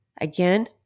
Again